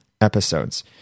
episodes